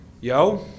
Yo